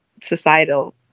societal